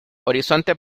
horizontes